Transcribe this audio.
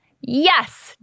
Yes